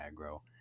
aggro